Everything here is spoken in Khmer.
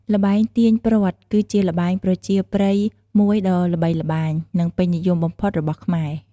ល្បែងទាញព្រ័ត្រ គឺជាល្បែងប្រជាប្រិយមួយដ៏ល្បីល្បាញ និងពេញនិយមបំផុតរបស់ខ្មែរ។